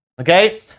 okay